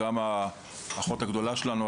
גם את ׳האחות הגדולה׳ שלנו,